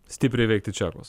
stipriai įveikti čekus